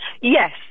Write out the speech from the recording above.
Yes